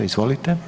Izvolite.